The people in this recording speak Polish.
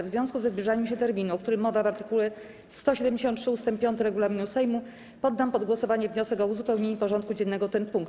W związku ze zbliżaniem się terminu, o którym mowa w art. 173 ust. 5 regulaminu Sejmu, poddam pod głosowanie wniosek o uzupełnienie porządku dziennego o ten punkt.